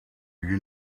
you